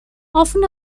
often